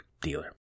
dealer